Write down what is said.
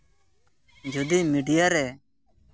ᱡᱩᱫᱤ ᱢᱤᱰᱤᱭᱟ ᱨᱮ